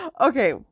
Okay